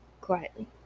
quietly